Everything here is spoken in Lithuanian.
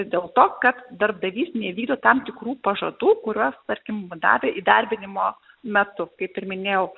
dėl to kad darbdavys neįvykdo tam tikrų pažadų kuriuos tarkim davė įdarbinimo metu kaip ir minėjau